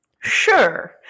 Sure